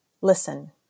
Listen